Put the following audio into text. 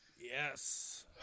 Yes